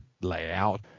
layout